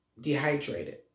dehydrated